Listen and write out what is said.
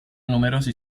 numerosi